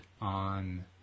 on